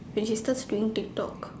when she starts doing Tik Tok